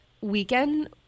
weekend